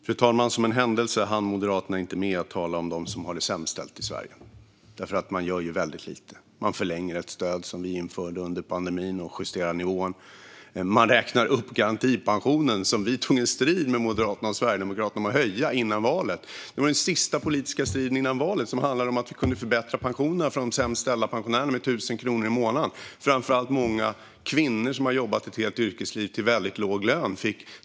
Fru talman! Som av en händelse hann Moderaterna inte med att tala om dem som har det sämst ställt i Sverige. För man gör ju väldigt lite. Man förlänger ett stöd som vi införde under pandemin och justerar nivån. Man räknar upp garantipensionen som vi tog en strid med Moderaterna och Sverigedemokraterna om att höja före valet. Det var den sista politiska striden före valet, och den handlade om att vi kunde förbättra pensionerna för de pensionärer som har det sämst ställt med 1 000 kronor i månaden, framför allt många kvinnor som har jobbat ett helt yrkesliv till en väldigt låg lön.